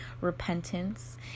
repentance